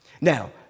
Now